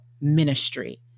ministry